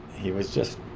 he was just,